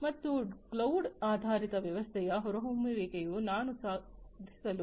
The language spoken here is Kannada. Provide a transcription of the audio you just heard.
ಮತ್ತು ಕ್ಲೌಡ್ ಆಧಾರಿತ ವ್ಯವಸ್ಥೆಯ ಹೊರಹೊಮ್ಮುವಿಕೆಯು ನಾವು ಸಾಧಿಸಲು ಸಾಧ್ಯವಾದದ್ದನ್ನು ಸುಧಾರಿಸುತ್ತದೆ